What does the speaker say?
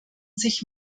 sich